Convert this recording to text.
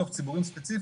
בתוך ציבורים ספציפיים,